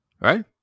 right